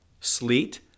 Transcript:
sleet